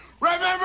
remember